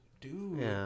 dude